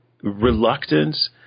reluctance